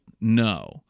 no